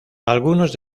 algunos